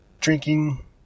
drinking